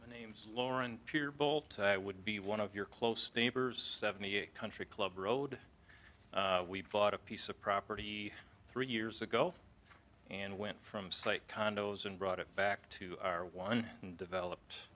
you names lauren pure bolt would be one of your close neighbors seventy eight country club road we've bought a piece of property three years ago and went from site condos and brought it back to our one developed